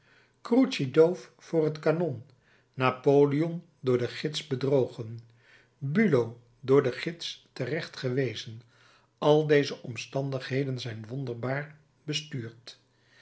grouchy doof voor het kanon napoleon door den gids bedrogen bulow door den gids terechtgewezen al deze omstandigheden zijn wonderbaar bestuurd